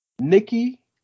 Nikki